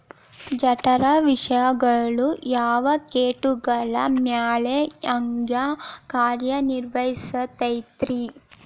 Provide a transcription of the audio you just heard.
ಜಠರ ವಿಷಗಳು ಯಾವ ಕೇಟಗಳ ಮ್ಯಾಲೆ ಹ್ಯಾಂಗ ಕಾರ್ಯ ನಿರ್ವಹಿಸತೈತ್ರಿ?